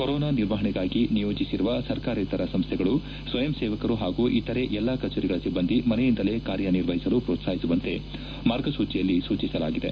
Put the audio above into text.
corona ನಿರ್ವಹಣೆಗಾಗಿ ನಿಯೋಜಿಸಿರುವ ಸರ್ಕಾರೇತರ ಸಂಸ್ಥೆಗಳು ಸ್ವಯಂ ಸೇವಕರು ಹಾಗೂ ಇತರೆ ಎಲ್ಲ ಕಚೇರಿಗಳ ಸಿಬ್ಬಂದಿ ಮನೆಯಿಂದಲೇ ಕಾರ್ಯನಿರ್ವಹಿಸಲು ಪೋತ್ಸಾಹಿಸುವಂತೆ ಮಾರ್ಗಸೂಚಿಯಲ್ಲಿ ಸೂಚಿಸಲಾಗಿದೆ